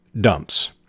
dumps